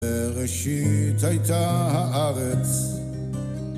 בראשית הייתה הארץ